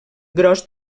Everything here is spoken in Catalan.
gros